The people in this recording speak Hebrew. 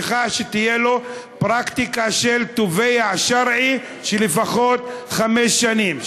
צריך שתהיה לו פרקטיקה של תובע שרעי של לפחות חמש שנים.